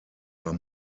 are